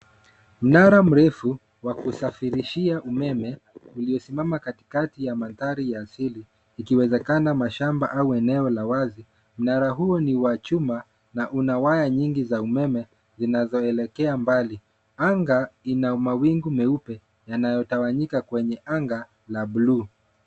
Mnara mrefu wa kusafirishia umeme uliosimama katikati ya mandhari ya asili, ikiwezekana mashamba au eneo la wazi. Mnara huu ni wa chuma na una waya nyingi za umeme ikielekea mbali. Anga ina mawingu meupe yanayotawanyika kwenye anga ya buluu.